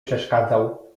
przeszkadzał